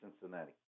Cincinnati